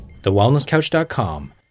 TheWellnessCouch.com